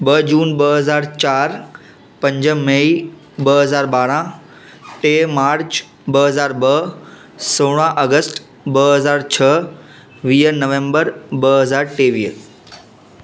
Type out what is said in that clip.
ॿ जुन ॿ हज़ार चार पंज मेई ॿ हज़ार ॿारहां टे मार्च ॿ हज़ार ॿ सोरहां अगस्ट ॿ हज़ार छ्ह वीह नवेंबर ॿ हज़ार टेवीह